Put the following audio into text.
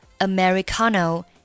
Americano